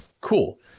cool